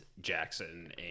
Jackson